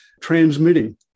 transmitting